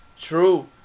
true